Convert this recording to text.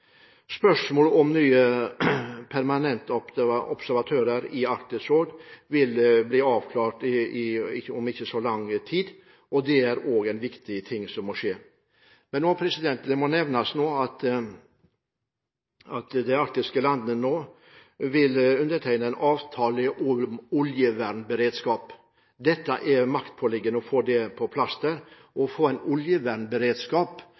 Spørsmålet om nye permanente observatører i Arktisk råd vil bli avklart om ikke så lang tid, og det er også viktig. Det må også nevnes at de arktiske landene vil undertegne en avtale om oljevernberedskap. Det er maktpåliggende å få dette på plass